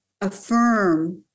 affirm